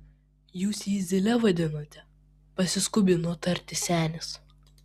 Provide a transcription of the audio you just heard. jūs jį zyle vadinate pasiskubino tarti senis